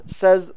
says